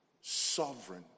sovereign